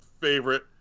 favorite